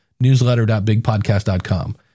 Newsletter.bigpodcast.com